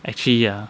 actually ya